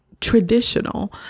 traditional